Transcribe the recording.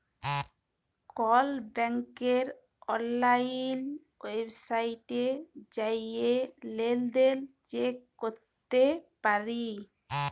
call ব্যাংকের অললাইল ওয়েবসাইটে জাঁয়ে লেলদেল চ্যাক ক্যরতে পারি